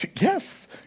Yes